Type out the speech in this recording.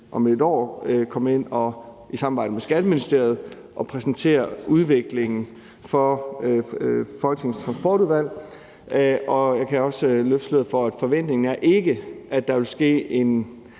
om et år i samarbejde med Skatteministeriet vil komme ind og præsentere udviklingen for Folketingets Transportudvalg. Jeg kan også løfte sløret for, at forventningen ikke er, at der vil ske en